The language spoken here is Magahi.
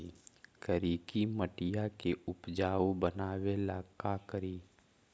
करिकी मिट्टियां के उपजाऊ बनावे ला का करी?